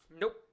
Nope